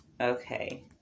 Okay